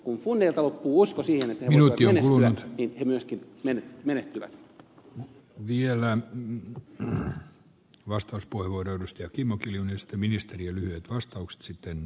kun se on nerokkuusko siellä jonoon ja myöskin fundeilta loppuu usko siihen että he voivat menestyä niin he myöskin menehtyvät